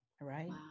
Right